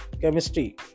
chemistry